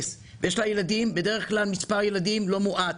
ויש לה בדרך כלל מספר ילדים לא מועט.